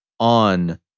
on